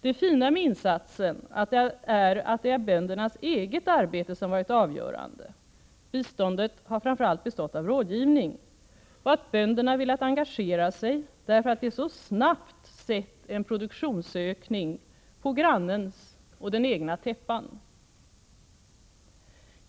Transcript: Det fina med insatsen är att det är böndernas eget arbete som varit avgörande — biståndet har framför allt bestått av rådgivning — och att bönderna velat engagera sig därför att de så snabbt sett en produktionsökning på grannens och den egna täppan.